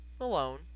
alone